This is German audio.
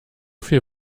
viel